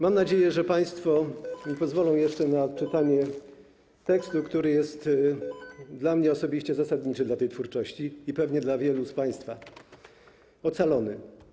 Mam nadzieję, że państwo mi pozwolą jeszcze na odczytanie tekstu, który jest dla mnie osobiście zasadniczy dla tej twórczości, i pewnie dla wielu z państwa - „Ocalony”